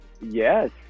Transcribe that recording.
Yes